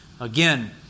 Again